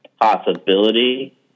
possibility